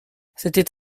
c’était